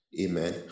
Amen